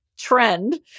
trend